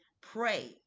Pray